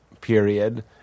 period